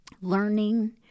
Learning